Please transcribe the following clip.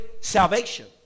salvation